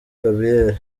gabriel